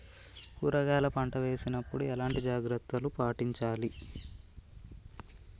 కూరగాయల పంట వేసినప్పుడు ఎలాంటి జాగ్రత్తలు పాటించాలి?